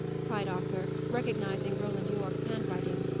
cried arthur, recognising roland yorke's handwriting.